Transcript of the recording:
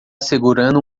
segurando